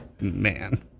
Man